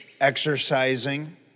exercising